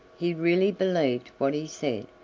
he really believed what he said,